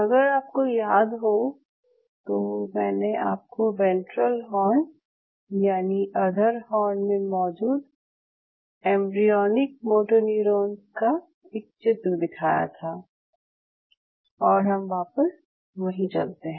अगर आपको याद हो तो मैंने आपको वेंट्रल हॉर्न यानि अधर हॉर्न में मौजूद एम्ब्रियोनिक मोटोन्यूरोन्स का एक चित्र दिखाया था और हम वापस वहीँ चलते हैं